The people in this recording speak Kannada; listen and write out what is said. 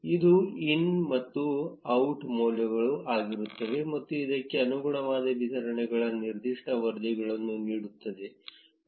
ಇದು ಇನ್ ಮತ್ತು ಔಟ್ ಮೌಲ್ಯಗಳು ಆಗಿರುತ್ತವೆ ಮತ್ತು ಅದಕ್ಕೆ ಅನುಗುಣವಾದ ವಿತರಣೆಗಳ ನಿರ್ದಿಷ್ಟ ವರದಿಗಳನ್ನು ನೀಡುತ್ತದೆ